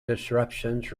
disruptions